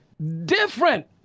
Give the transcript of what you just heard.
different